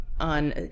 on